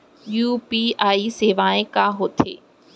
UPI सेवाएं का होथे